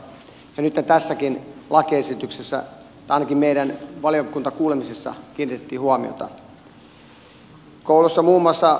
nythän tässäkin lakiesityksessä tai ainakin meidän valiokuntakuulemisessamme kiinnitettiin huomiota niihin